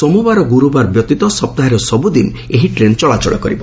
ସୋମବାର ଓ ଗୁରୁବାର ଛଡ଼ା ସପ୍ତାହରେ ସବୁଦିନ ଏହି ଟ୍ରେନ୍ ଚଳାଚଳ କରିବ